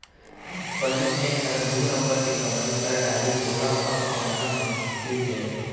पहिली जेन हर दू नंबर के कमाई कर डारिस वोला अब कमाना मुसकिल हे